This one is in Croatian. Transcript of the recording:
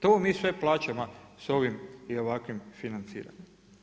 To mi sve plaćamo s ovim i ovakvim financiranjem.